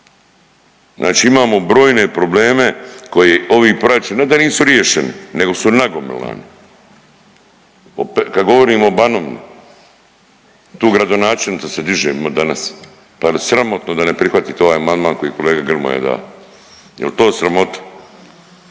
znači imamo brojne probleme koji ovim proračunom ne da nisu riješeni nego su nagomilani. Kad govorim o Banovini, tu gradonačelnica se diže danas, pa je li sramotno da ne prihvatite ovaj amandman koji je kolega Grmoja da, jel to sramota?